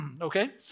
okay